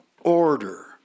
order